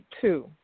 two